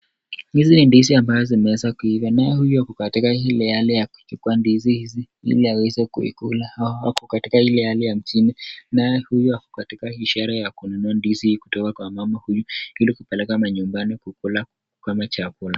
Hizi ndizi ambao zimeeza kuiva, naye huyu ako katika ile hali ya kuchukua ndizi hizi ili aweze kuikula, au ako katika ile hali ya mjini, naye huyu ako katika hii sheree ya kununua ndizi kutoka kwa mama huyu, ili kupeleka manyumbani kukula, kama chakula.